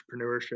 entrepreneurship